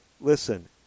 Listen